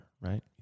right